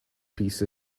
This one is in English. peace